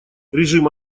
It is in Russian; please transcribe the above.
режим